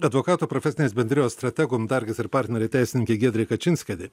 advokatų profesinės bendrijos strategum dargis ir partneriai teisininkė giedrė kačinskienė